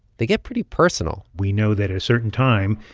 they get pretty personal we know that at a certain time,